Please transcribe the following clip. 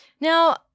Now